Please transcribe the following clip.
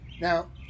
now